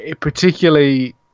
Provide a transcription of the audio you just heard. particularly